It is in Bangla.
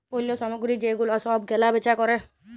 পল্য সামগ্রী যে গুলা সব কেলা বেচা ক্যরে